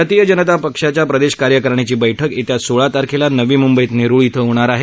भारतीय जनता पक्षाच्या प्रदेश कार्यकारिणीची बैठक येत्या सोळा तारखेला नवी मुंबईत नेरुळ इथं होणार आहे